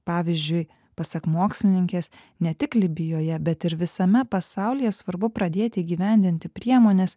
pavyzdžiui pasak mokslininkės ne tik libijoje bet ir visame pasaulyje svarbu pradėti įgyvendinti priemones